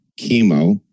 chemo